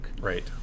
right